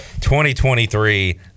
2023